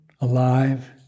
alive